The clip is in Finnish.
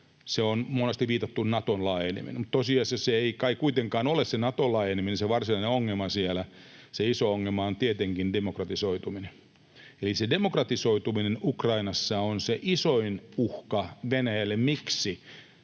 Se on se monasti viitattu Naton laajeneminen. Mutta tosiasiassa Naton laajeneminen ei kai kuitenkaan ole se varsinainen ongelma siellä, se iso ongelma on tietenkin demokratisoituminen. Eli demokratisoituminen Ukrainassa on se isoin uhka Venäjälle. Miksi?